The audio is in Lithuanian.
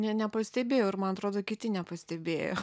ne nepastebėjau ir man atrodo kiti nepastebėjo